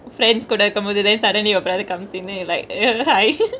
friends கோட இருக்கும்போது:kode irukumpothu then suddenly your brother comes in then you like right err hi